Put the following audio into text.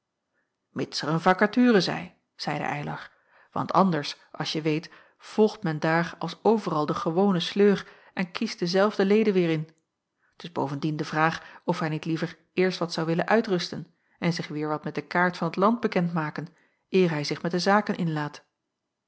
er een vakature zij zeide eylar want anders als je weet volgt men daar als overal den gewonen sleur en kiest dezelfde leden weêr in t is bovendien de vraag of hij niet liever eerst wat zou willen uitrusten en zich weêr wat met de kaart van t land bekend maken eer hij zich met de zaken inlaat